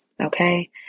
Okay